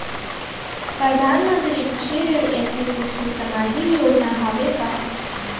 परधानमंतरी कृषि ऋण ऐसे कुछू सामाजिक योजना हावे का?